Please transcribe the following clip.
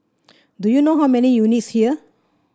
do you know how many units here